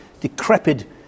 decrepit